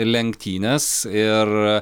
lenktynes ir